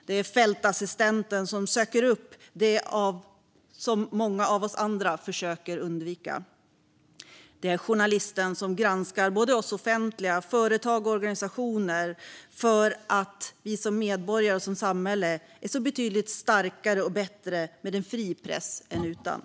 Det är fältassistenten som söker upp dem som många av oss andra försöker undvika, och det är journalisten som granskar det offentliga, företag och organisationer för att medborgarna och samhället är betydligt starkare och bättre med fri press än utan.